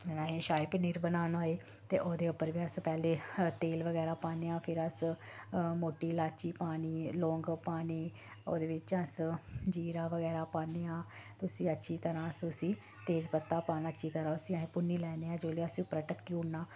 असें शाही पनीर बनाना होए ते ओह्दे उप्पर बी अस पैह्लें तेल बगैरा पान्ने आं फिर अस मोटी लाची पानी लौंग पानी ओह्दे बिच्च अस जीरा बगैरा पान्ने आं ते उसी अच्छी तरह अस उसी तेज पत्ता पाना अच्छी तरह उसी अस भुन्नी लैन्ने आं जेल्लै असी उप्परा ढक्की ओड़ना